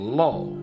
law